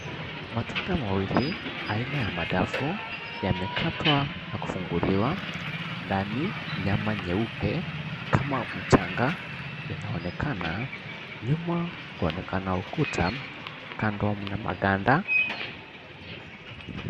Matunda mawili aina ya madafu yamekatwa na kufunguliwa. Ndani nyama nyeupe kama mchanga inaonekana, nyuma kwaonekana ukuta, kando mna maganda.